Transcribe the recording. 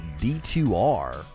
D2R